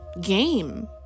game